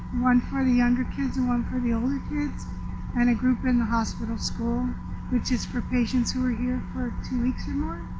one for the younger kids and one for the older kids and a group in the hospital school which is for patients who are here for two weeks or more.